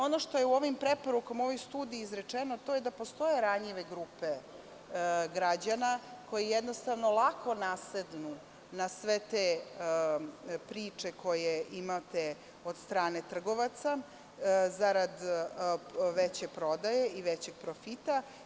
Ono što je u ovim preporukama u ovoj studiji izrečeno, to je da postoje ranjive grupe građana koje jednostavno lako nasednu na sve te priče koje imate od strane trgovaca zarad veće prodaje i većeg profita.